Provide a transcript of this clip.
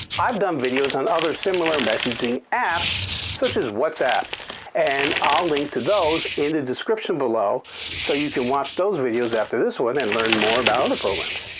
i've done videos on other similar messaging apps such as whatsapp and i'll link to those in the description below so you can watch those videos after this one and learn more about other programs.